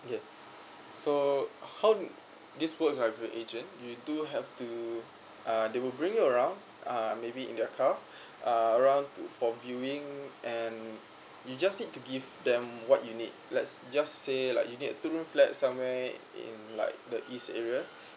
okay so how this works right with agent you do have to uh they'll bring you around uh maybe in their car uh around to for viewing and you just need to give them what you need let just say like you need a two room flat somewhere in like the east area